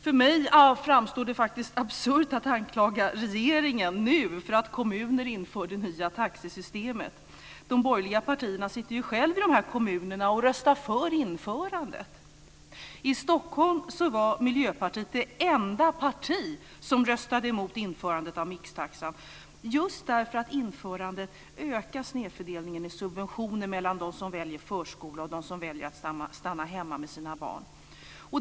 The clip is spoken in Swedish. För mig framstår det faktiskt som absurt att anklaga regeringen för att kommuner inför det nya taxesystemet. De borgerliga partierna sitter ju själva i dessa kommuner och röstar för införandet. I Stockholm var Miljöpartiet det enda parti som röstade emot införandet av mixtaxan just därför att införandet ökar snedfördelningen av subventioner mellan dem som väljer förskola och dem som väljer att stanna hemma med sina barn.